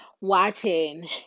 watching